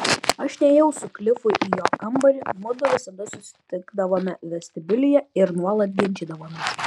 aš nėjau su klifu į jo kambarį mudu visada susitikdavome vestibiulyje ir nuolat ginčydavomės